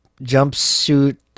jumpsuit